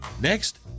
Next